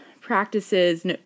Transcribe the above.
practices